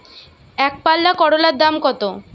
একপাল্লা করলার দাম কত?